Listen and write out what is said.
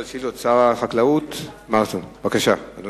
לידיו צו פינוי שנשלח מההוצאה לפועל להוריו התאבד.